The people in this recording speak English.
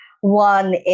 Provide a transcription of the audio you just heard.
One